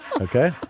Okay